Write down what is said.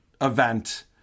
event